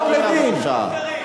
כל מי שהרביץ צריך לעמוד לדין.